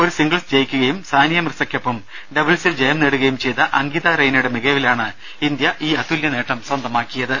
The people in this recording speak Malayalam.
ഒരു സിംഗിൾസ് ജയിക്കുകയും സാനിയ മിർസയ്ക്കൊപ്പം ഡബിൾസിൽ ജയം നേടുകയും ചെയ്ത അങ്കിത റെയ്നയുടെ മികവിലാണ് ഇന്ത്യ ഈ അതുല്യനേട്ടം സ്വന്തമാക്കിയത്